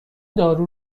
دارو